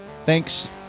Thanks